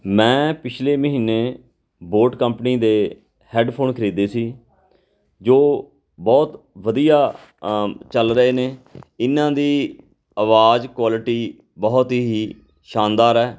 ਮੈਂ ਪਿਛਲੇ ਮਹੀਨੇ ਬੋਟ ਕੰਪਨੀ ਦੇ ਹੈਡਫੋਨ ਖਰੀਦੇ ਸੀ ਜੋ ਬਹੁਤ ਵਧੀਆ ਚੱਲ ਰਹੇ ਨੇ ਇਹਨਾਂ ਦੀ ਆਵਾਜ਼ ਕੁਆਲਿਟੀ ਬਹੁਤ ਹੀ ਸ਼ਾਨਦਾਰ ਹੈ